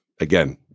Again